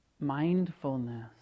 Mindfulness